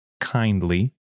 kindly